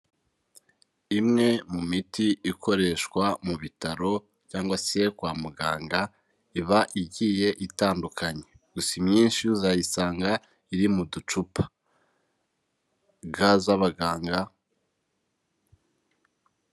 Imwe mu miti ikoreshwa mu bitaro, cyangwa se kwa muganga, iba igiye itandukanye. Gusa imyinshi uzayisanga iri mu ducupa ga z'abaganga.